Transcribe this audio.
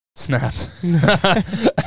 Snaps